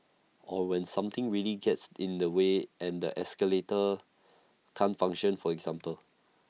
or when something really gets in the way and the escalator can't function for example